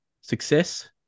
Success